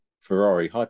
Ferrari